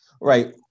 Right